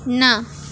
न